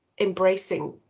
embracing